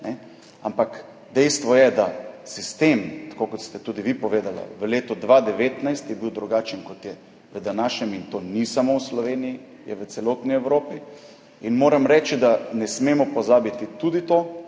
ampak dejstvo je, da je bil sistem, tako kot ste tudi vi povedali, v letu 2019 drugačen, kot je v današnjem. In to ni samo v Sloveniji, je v celotni Evropi. Moram reči, da ne smemo pozabiti tudi tega,